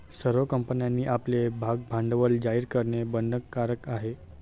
सर्व कंपन्यांनी आपले भागभांडवल जाहीर करणे बंधनकारक आहे